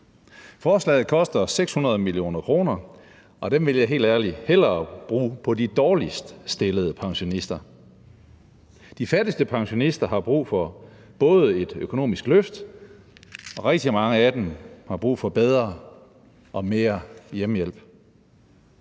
Forslaget koster 600 mio. kr., og dem vil jeg helt ærligt hellere bruge på de dårligst stillede pensionister. De fattigste pensionister har både brug for et økonomisk løft, og rigtig mange af dem har brug for bedre og mere hjemmehjælp.